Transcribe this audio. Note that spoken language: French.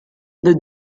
the